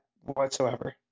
whatsoever